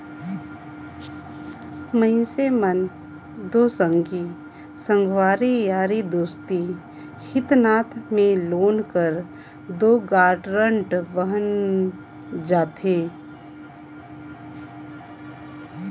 मइनसे मन दो संगी संगवारी यारी दोस्ती हित नात में लोन कर दो गारंटर बइन जाथे